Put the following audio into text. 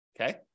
Okay